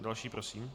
Další prosím.